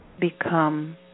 become